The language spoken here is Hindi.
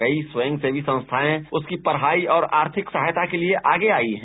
कई स्वयं सेवी संस्थाएं उसकी पढ़ाई और आर्थिक सहायता के लिए आगे आयी हैं